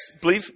believe